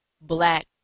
black